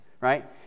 right